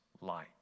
light